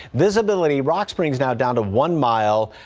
visibility rocksprings now down to one mile.